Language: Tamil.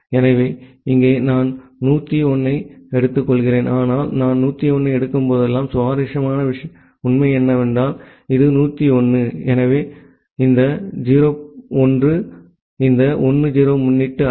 எனவே இங்கே நான் 1 0 1 ஐ எடுத்துக்கொள்கிறேன் ஆனால் நான் 1 0 1 ஐ எடுக்கும்போதெல்லாம் சுவாரஸ்யமான உண்மை என்னவென்றால் இது 1 0 1 எனவே இந்த 0 1 இந்த 1 0 இன் முன்னொட்டு அல்ல